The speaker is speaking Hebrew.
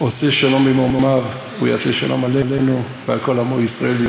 "עושה שלום במרומיו הוא יעשה שלום עלינו ועל כל עמו ישראל,